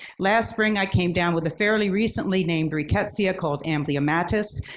last spring i came down with a fairly recently named rickettsia called amblyommatis.